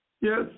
Yes